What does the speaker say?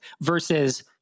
versus